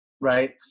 right